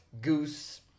Goose